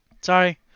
Sorry